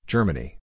Germany